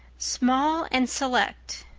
small and select,